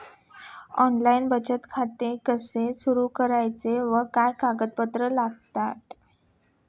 Online बचत खाते कसे सुरू करायचे व काय कागदपत्रे लागतात?